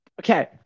Okay